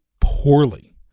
poorly